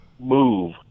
move